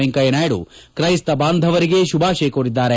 ವೆಂಕಯ್ಯನಾಯ್ಡ ತ್ರೈಸ್ತ ಬಾಂಧವರಿಗೆ ಶುಭಾಶಯ ಕೋರಿದ್ದಾರೆ